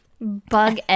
Bug